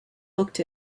looked